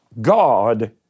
God